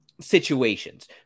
situations